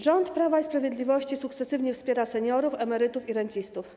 Rząd Prawa i Sprawiedliwości sukcesywnie wspiera seniorów, emerytów i rencistów.